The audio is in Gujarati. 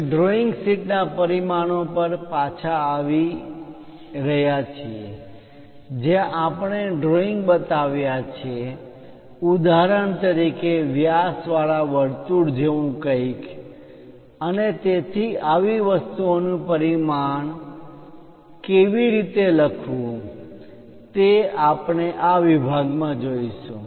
હવે ડ્રોઈંગ શીટ ના પરિમાણો પર પાછા આવી રહ્યા છીએ જ્યાં આપણે ડ્રોઇંગ બતાવ્યા છે ઉદાહરણ તરીકે વ્યાસવાળા વર્તુળ જેવું કંઈક અને તેથી આવી વસ્તુઓનું પરિમાણ ના કેવી રીતે લખવું તે આપણે આ વિભાગમાં જોઈશું